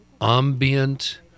ambient